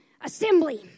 assembly